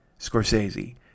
Scorsese